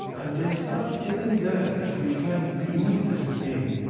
and they start telling that if we can use this pain